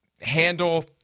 handle